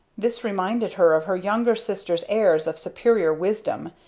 this reminded her of her younger sister's airs of superior wisdom,